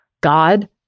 God